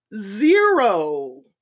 zero